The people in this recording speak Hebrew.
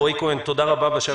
רועי כהן, תודה רבה בשלב הזה.